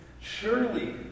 Surely